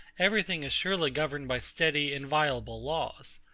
every thing is surely governed by steady, inviolable laws.